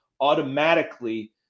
automatically